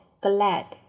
glad